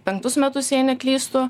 penktus metus jei neklystu